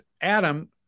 Adam